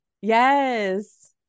yes